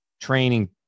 training